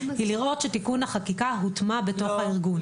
המטרה היא לראות שתיקון החקיקה הוטמע בתוך הארגון.